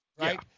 Right